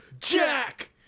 Jack